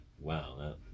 wow